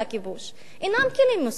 הכיבוש הוא מנגנון שליטה עבור הפלסטינים,